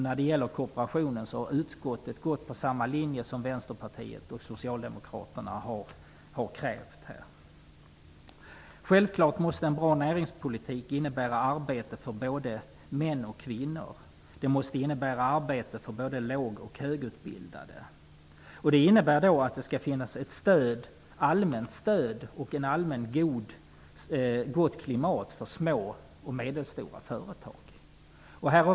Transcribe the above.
När det gäller kooperationen har utskottet gått på samma linje som Självfallet måste en bra näringspolitik innebära arbete för både män och kvinnor. Det måste finnas arbete för både låg och högutbildade. Det skall finnas ett allmänt stöd och ett gott klimat för små och medelstora företag.